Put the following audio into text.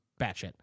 batshit